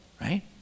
right